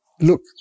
look